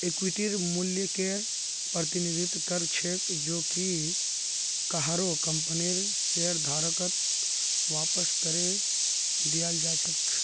इक्विटीर मूल्यकेर प्रतिनिधित्व कर छेक जो कि काहरो कंपनीर शेयरधारकत वापस करे दियाल् जा छेक